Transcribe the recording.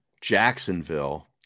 Jacksonville